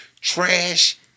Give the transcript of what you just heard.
trash